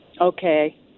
Okay